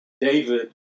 David